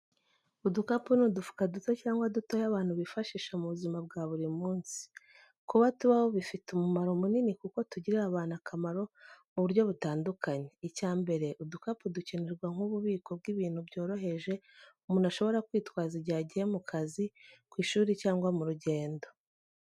Udukapu ni udufuka duto cyangwa dutoya abantu bifashisha mu buzima bwa buri munsi. Kuba tubaho bifite umumaro munini kuko tugirira abantu akamaro mu buryo butandukanye. Icya mbere, udukapu dukenerwa nk’ububiko bw’ibintu byoroheje umuntu ashobora kwitwaza igihe agiye mu kazi, ku ishuri cyangwa mu rugendo.